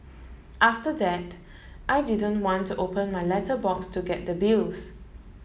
after that I didn't want to open my letterbox to get the bills